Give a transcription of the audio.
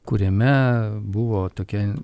kuriame buvo tokia